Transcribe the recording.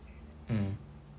mm